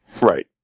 Right